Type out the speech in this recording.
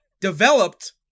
developed